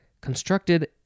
constructed